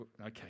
Okay